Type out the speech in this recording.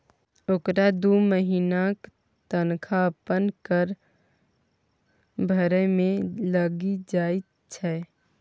ओकरा दू महिनाक तनखा अपन कर भरय मे लागि जाइत छै